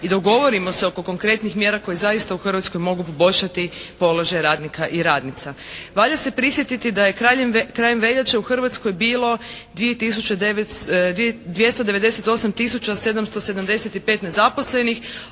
i dogovorimo se oko konkretnih mjera koje zaista u Hrvatskoj mogu poboljšati položaj radnika i radnica. Valja se prisjetiti da je krajem veljače u Hrvatskoj bilo 2 tisuće,